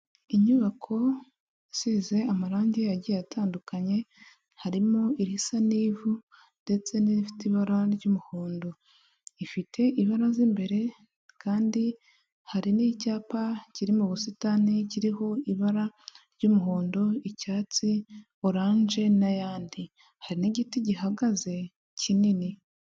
Inyubako isize amarangi agiye atandukanye harimo irisa n'ivu ndetse n'irifite ibara ry'umuhondo, ifite ibaraza imbere kandi hari n'icyapa kiri mu busitani kiriho ibara ry'umuhondo, icyatsi, oranje n'ayandi, hari n'igiti gihagaze kinini.